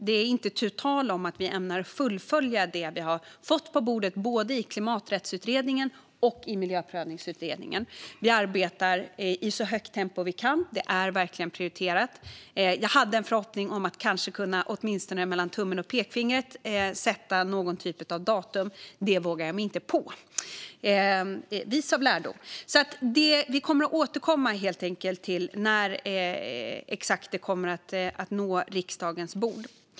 Det är inte tu tal om att vi ämnar fullfölja det vi har fått på bordet både i Klimaträttsutredningen och i Miljöprövningsutredningen. Vi arbetar i så högt tempo vi kan. Det är verkligen prioriterat. Jag hade en förhoppning om att kanske åtminstone mellan tummen och pekfingret kunna sätta någon typ av datum. Men det vågar jag mig inte på, vis av lärdom. Vi kommer helt enkelt att återkomma till när exakt ett förslag kommer att nå riksdagens bord.